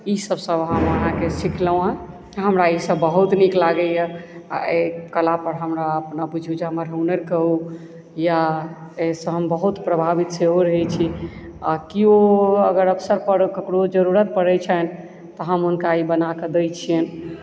ई सब सब हम आहाँके सीखलहुॅं हैं हमरा ई सब बहुत नीक लागैया आ एहि कला पर हमरा अपना बुझू जे हमर हुनरके ओ या एहि सँ हम बहुत प्रभावित सेहो रहै छी आ केओ अगर अवसर पर ककरो जरुरत पड़ै छनि तऽ हम हुनका ई बना कऽ दै छियनि